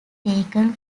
taken